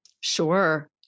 Sure